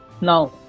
now